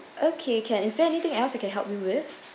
okay can is there anything else I can help you with